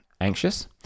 anxious